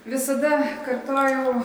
visada kartojau